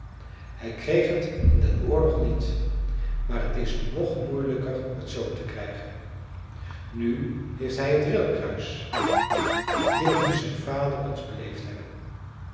hij kreeg het in den oorlog niet maar het is nog moeilijker het zoo te krijgen nu heeft hij het ridderkruis dit moest zijn vader eens beleefd hebben